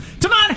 tonight